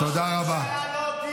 תודה.